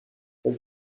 elle